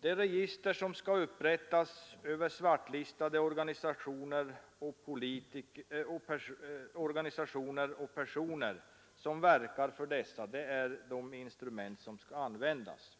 Det register som nu skall upprättas över svartlistade organisationer och personer som verkar för dessa är de instrument som skall användas.